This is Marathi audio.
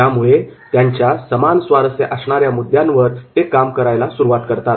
त्यामुळे त्यांच्या समान स्वारस्य असणाऱ्या मुद्द्यावर ते काम करण्यास सुरुवात करतात